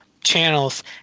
channels